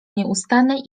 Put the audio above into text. nieustannej